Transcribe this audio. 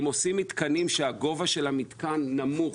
אם עושים מתקנים שהגובה שלהם נמוך,